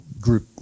group